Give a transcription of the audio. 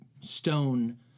stone